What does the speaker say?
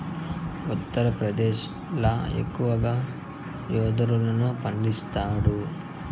ఉత్తరప్రదేశ్ ల ఎక్కువగా యెదురును పండిస్తాండారు